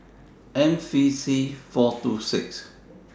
M V C four two six